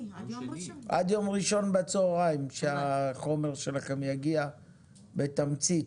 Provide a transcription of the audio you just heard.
ראשון בצוהריים שהחומר שלכם יגיע בתמצית.